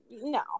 No